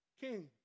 king